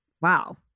wow